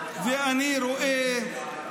ותישאר פה.